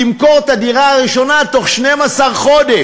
תמכור את הדירה הראשונה בתוך 12 חודש.